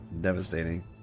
Devastating